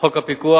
חוק הפיקוח.